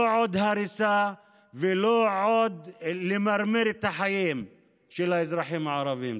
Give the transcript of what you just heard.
לא עוד הריסה ולא למרר את החיים של האזרחים הערבים.